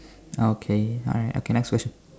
okay okay next question